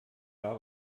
war